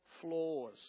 flaws